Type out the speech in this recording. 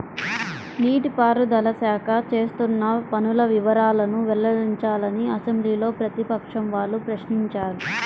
నీటి పారుదల శాఖ చేస్తున్న పనుల వివరాలను వెల్లడించాలని అసెంబ్లీలో ప్రతిపక్షం వాళ్ళు ప్రశ్నించారు